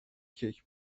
کیک